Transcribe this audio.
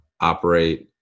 operate